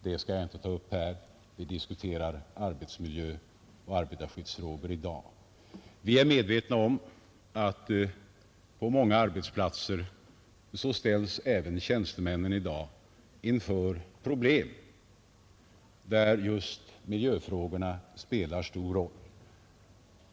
Dem skall jag inte ta upp här. Vi diskuterar i dag arbetsmiljö och arbetarskyddsfrågor. Vi är medvetna om att på många arbetsplatser ställs även tjänstemännen i dag inför problem där just miljöfrågorna spelar en stor roll.